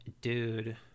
Dude